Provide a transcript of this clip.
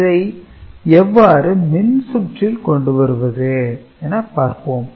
இதை எவ்வாறு மின்சுற்றில் கொண்டு வருவது என பார்ப்போம்